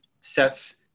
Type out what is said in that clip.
sets